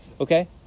Okay